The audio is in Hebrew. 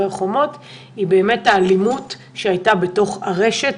חומות היא האלימות שהייתה בתוך הרשת,